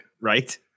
Right